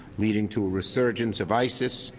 leading to a resurgence of isis.